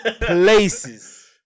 Places